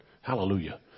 Hallelujah